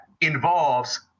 involves